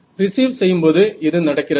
receive செய்யும்போது இது நடக்கிறது